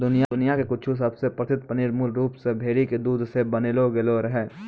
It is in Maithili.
दुनिया के कुछु सबसे प्रसिद्ध पनीर मूल रूप से भेड़ी के दूध से बनैलो गेलो रहै